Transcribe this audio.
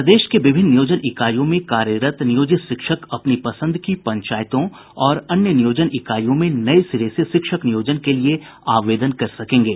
प्रदेश के विभिन्न नियोजन इकाईयों में कार्यरत नियोजित शिक्षक अपनी पसंद की पंचायतों और अन्य नियोजन इकाईयों में नये सिरे से शिक्षक नियोजन के लिए आवेदन कर सकेंगे